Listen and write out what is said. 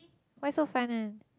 why so fun one